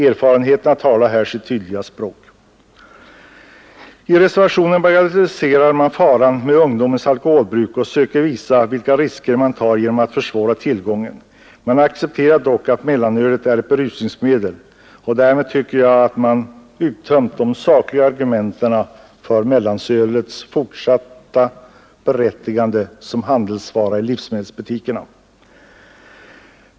Erfarenheterna talar här sitt tydliga språk. I reservationen 1 bagatelliserar man faran med ungdomens alkoholbruk och söker visa vilka risker vi skulle ta genom att försvåra tillgången till mellanöl. Man erkänner dock att mellanölet är ett berusningsmedel, och därmed tycker jag att man har uttömt de sakliga argumenten för mellanölets fortsatta berättigande som handelsvara i livsmedelsbutikerna.